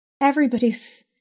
everybody's